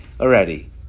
already